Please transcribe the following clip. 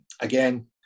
again